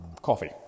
coffee